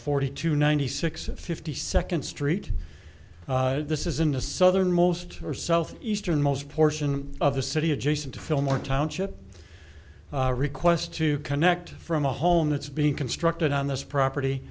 forty two ninety six a fifty second street this is in the southernmost or south eastern most portion of the city adjacent to fillmore township request to connect from a home that's being constructed on this property